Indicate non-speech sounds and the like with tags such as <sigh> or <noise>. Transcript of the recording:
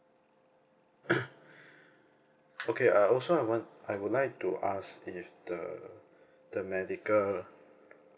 <coughs> okay uh also I want I would like to ask if the the medical